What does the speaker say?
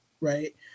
right